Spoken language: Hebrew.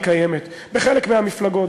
קיימת בחלק מהמפלגות,